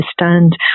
understand